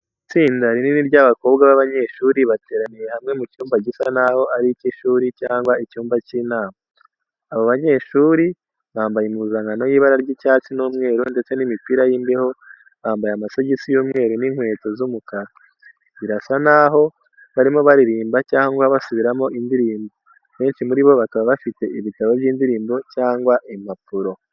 Itsinda rinini ry'abakobwa b'abanyeshuri bateraniye hamwe mu cyumba gisa naho ari icy'ishuri, cyangwa icyumba cy'inama. Abo banyeshuri bambaye impuzankano y'ibara ry'icyatsi n'umweru ndeste n'imipira y'imbeho, bambaye amasogisi y'umweru n'inkweto z'umukara. Birasa naho barimo baririmba cyangwa basubiramo indirimbo, benshi muri bo bakaba bafite ibitabo by'indirimbo cyangwa impapuro.